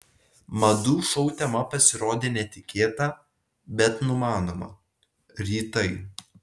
madų šou tema pasirodė netikėta bet numanoma rytai